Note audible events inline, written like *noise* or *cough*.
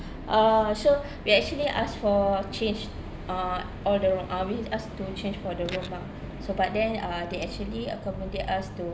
uh so *breath* we actually asked for change uh all the uh we have asked to change for the room lah so but then uh they actually accommodate us to